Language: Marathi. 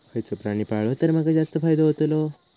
खयचो प्राणी पाळलो तर माका जास्त फायदो होतोलो?